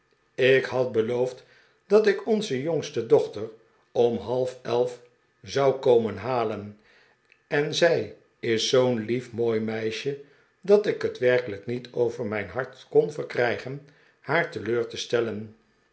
ik had beloofd dat ik onze jongste dochter om halfelf zou komen halen en zij is zoo'n lief mooi meisje dat ik het werkelijk niet over mijn hart kon verkrijgen haar teleur te stellen